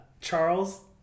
Charles